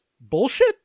bullshit